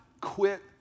quit